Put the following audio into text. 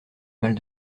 mal